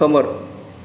खोमोर